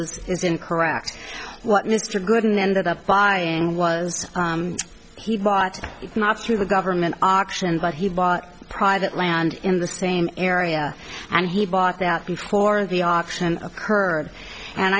is incorrect what mr goulden ended up buying was he but it's not through the government auction but he bought private land in the same area and he bought that before the auction occurred and